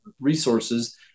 resources